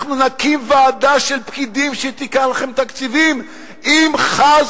אנחנו נקים ועדה של פקידים שתיקח לכם תקציבים אם חס